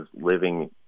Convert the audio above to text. living